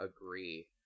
agree